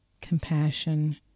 compassion